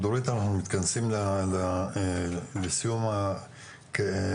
דורית, אנחנו מתכנסים לסיום הישיבה,